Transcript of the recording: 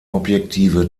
objektive